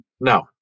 no